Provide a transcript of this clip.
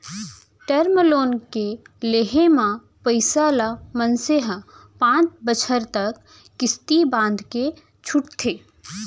term loan के लेहे म पइसा ल मनसे ह पांच बछर तक किस्ती बंधाके छूटथे